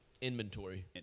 inventory